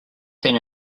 seen